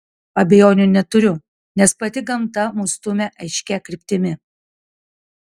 abejonių neturiu nes pati gamta mus stumia aiškia kryptimi